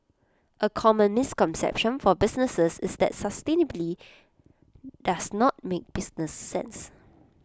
A common misconception for businesses is that sustainability does not make business sense